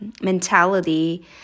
mentality